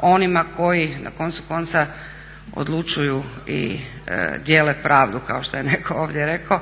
onima koji na koncu konca odlučuju i dijele pravdu kao što je netko ovdje rekao,